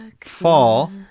Fall